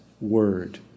word